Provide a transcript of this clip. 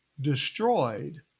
destroyed